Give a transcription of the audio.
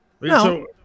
No